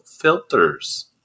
filters